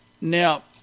Now